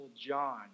John